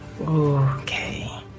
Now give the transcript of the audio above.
Okay